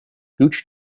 gooch